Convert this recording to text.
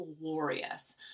glorious